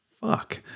fuck